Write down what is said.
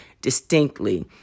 distinctly